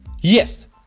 Yes